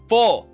Four